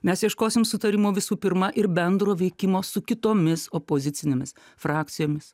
mes ieškosim sutarimo visų pirma ir bendro veikimo su kitomis opozicinėmis frakcijomis